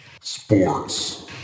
Sports